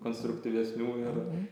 konstruktyvesnių ir